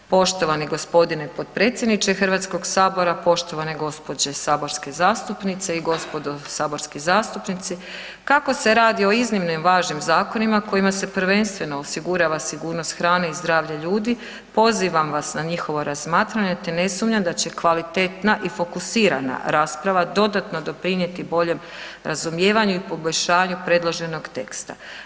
Poštovani g. potpredsjedniče HS-a, poštovane gospođe saborske zastupnice i gospodo saborski zastupnici, kako se radi o iznimno važnim zakonima kojima se prvenstveno osigurava sigurnost hrane i zdravlja ljudi, pozivam vas na njihovo razmatranje te ne sumnjam da će kvalitetna i fokusirana rasprava dodatno doprinijeti boljem razumijevanju i poboljšanju predloženog teksta.